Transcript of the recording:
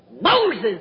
Moses